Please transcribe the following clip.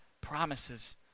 promises